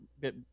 bit